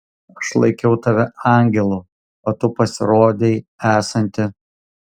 aš laikiau tave angelu o tu pasirodei esanti